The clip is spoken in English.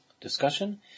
discussion